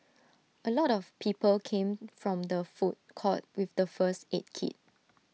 A lot of people came from the food court with the first aid kit